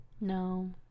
no